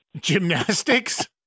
Gymnastics